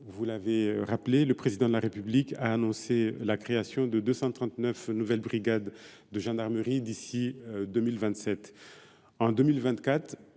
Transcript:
Jean Verzelen, le Président de la République a annoncé la création de 239 nouvelles brigades de gendarmerie d’ici à 2027. Ainsi,